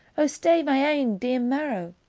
o stay, my ain dear marrow!